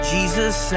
Jesus